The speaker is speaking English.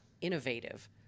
innovative